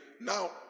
now